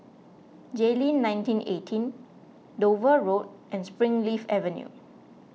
Jayleen nineteen eighteen Dover Road and Springleaf Avenue